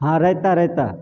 हँ राइता राइता